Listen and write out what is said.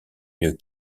mieux